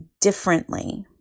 differently